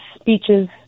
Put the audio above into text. speeches